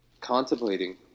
contemplating